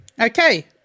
Okay